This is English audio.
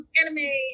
anime